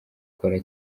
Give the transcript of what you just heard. kora